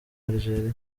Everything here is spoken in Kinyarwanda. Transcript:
algeria